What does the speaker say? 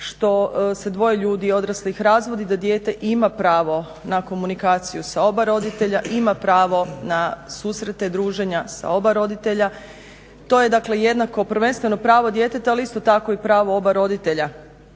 što se dvoje ljudi odraslih razvodi, da dijete ima pravo na komunikaciju sa oba roditelja, ima pravo na susrete, druženja sa oba roditelja. To je dakle, jednako prvenstveno pravo djeteta ali isto tako i pravo oba roditelja